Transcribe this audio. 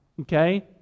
okay